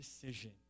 decision